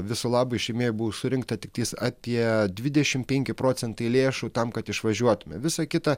viso labo iš rėmėjų buvo surinkta tik tais apie dvidešimt penki procentai lėšų tam kad išvažiuotume visą kitą